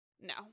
No